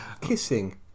kissing